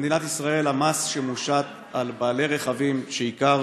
במדינת ישראל המס שמושת על בעלי רכבים כשעיקר